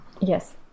Yes